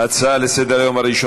ההצעה הראשונה לסדר-היום,